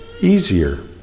easier